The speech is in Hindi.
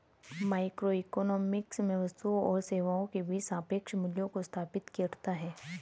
माइक्रोइकोनॉमिक्स में वस्तुओं और सेवाओं के बीच सापेक्ष मूल्यों को स्थापित करता है